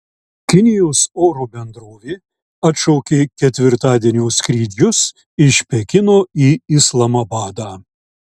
kinijos oro bendrovė atšaukė ketvirtadienio skrydžius iš pekino į islamabadą